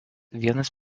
vienas